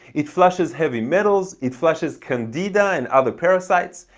it flushes heavy metals. it flushes candida and other parasites.